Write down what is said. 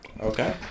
okay